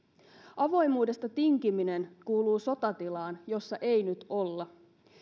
avoimuudesta tinkiminen kuuluu sotatilaan jossa ei nyt olla